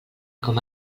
com